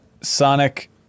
Sonic